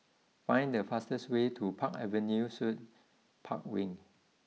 find the fastest way to Park Avenue Suites Park Wing